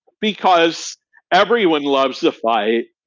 because everyone loves the fight,